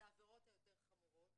זה העבירות היותר חמורות,